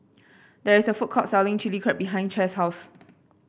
there is a food court selling Chilli Crab behind Chaz's house